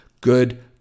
Good